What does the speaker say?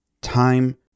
time